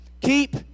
keep